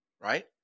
right